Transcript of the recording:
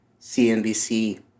CNBC